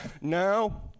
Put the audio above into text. Now